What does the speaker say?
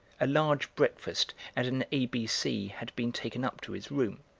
a large breakfast and an a b c. had been taken up to his room,